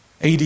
AD